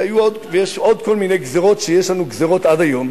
ויש עוד כל מיני גזירות ויש גזירות עד היום,